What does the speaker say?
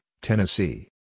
Tennessee